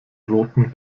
roten